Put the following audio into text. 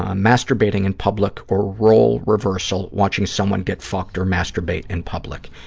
ah masturbating in public or role reversal, watching someone get fucked or masturbate in public.